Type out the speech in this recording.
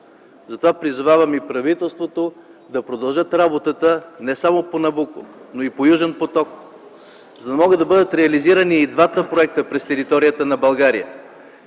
Затова призовавам правителството да продължи работата не само по „Набуко”, но и по „Южен поток”, за да могат да бъдат реализирани и двата проекта през територията на България.